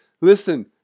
listen